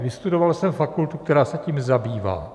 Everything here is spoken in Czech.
Vystudoval jsem fakultu, která se tím zabývá.